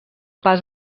pas